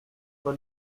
paul